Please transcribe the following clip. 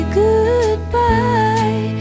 goodbye